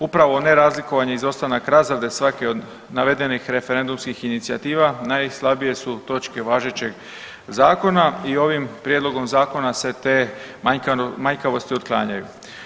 Upravo nerazlikovanje i izostanak razrade svake od navedenih referendumskih inicijativa, najslabije su točke važećeg Zakona i ovim Prijedlogom zakona se te manjkavosti otklanjaju.